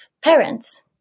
parents